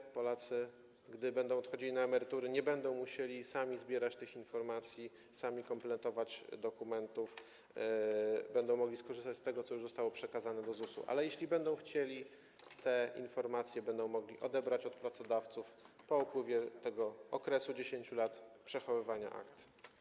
Gdy Polacy będą odchodzili na emerytury, nie będą musieli sami zbierać tych informacji, sami kompletować dokumentów, będą mogli skorzystać z tego, co już zostało przekazane do ZUS-u, ale jeśli będą chcieli, te informacje będą mogli odebrać od pracodawców po upływie tego okresu 10 lat przechowywania akt.